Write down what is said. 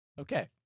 Okay